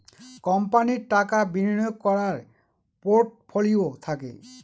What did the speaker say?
কোম্পানির টাকা বিনিয়োগ করার পোর্টফোলিও থাকে